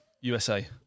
USA